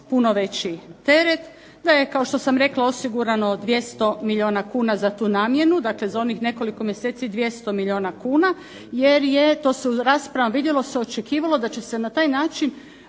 puno veći teret, da je kao što sam rekla osigurano 200 milijuna kuna za tu namjenu, dakle za onih nekoliko mjeseci 200 milijuna kuna, jer je, to se u raspravama vidjelo, se očekivalo da će se na taj način